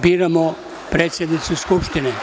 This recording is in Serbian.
Biramo predsednicu Skupštine.